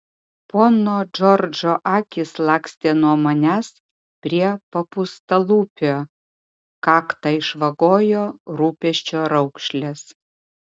pono džordžo akys lakstė nuo manęs prie papūstalūpio kaktą išvagojo rūpesčio raukšlės